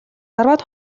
арваад